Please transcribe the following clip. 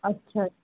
ਅੱਛਾ